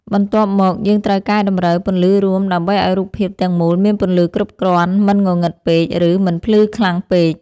បន្ទាប់មក យើងត្រូវកែតម្រូវ ពន្លឺរួម ដើម្បីឱ្យរូបភាពទាំងមូលមានពន្លឺគ្រប់គ្រាន់ មិនងងឹតពេក ឬមិនភ្លឺខ្លាំងពេក។